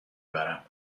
برم